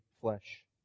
flesh